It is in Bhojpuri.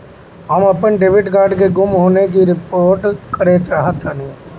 हम अपन डेबिट कार्ड के गुम होने की रिपोर्ट करे चाहतानी